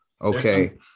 Okay